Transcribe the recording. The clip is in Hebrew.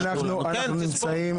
ממש לא.